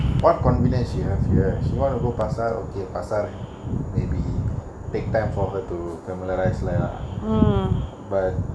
what convenience she have here she want to go pasar okay pasar hmm maybe take time for her to familiarise leh ha but